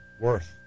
Worth